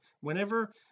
whenever